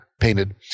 Painted